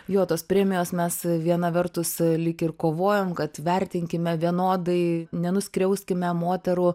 jo tos premijos mes viena vertus lyg ir kovojom kad vertinkime vienodai nenuskriauskime moterų